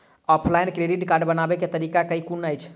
Offline credit card बनाबै केँ तरीका केँ कुन अछि?